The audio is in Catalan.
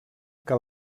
que